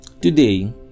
today